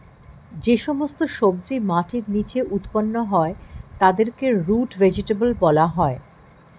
যে সমস্ত সবজি মাটির নিচে উৎপন্ন হয় তাদেরকে রুট ভেজিটেবল বলা হয়